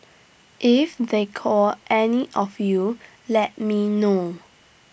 if they call any of you let me know